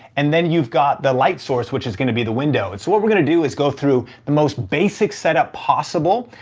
and then you've got the light source which is gonna be the window. and so what we're gonna do is, go through the most basic set up possible,